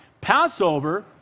Passover